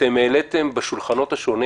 אתם העליתם בשולחנות השונים,